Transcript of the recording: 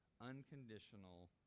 unconditional